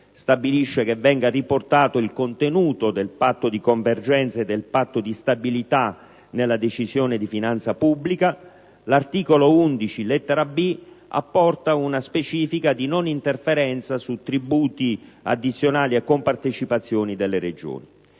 stabilisce che venga riportato il contenuto del Patto di convergenza e del Patto di stabilità nella decisione di finanza pubblica; l'articolo 11, comma 3, lettera *b)*, apporta una specifica di non interferenza su tributi, addizionali e compartecipazioni delle Regioni.